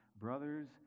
Brothers